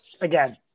again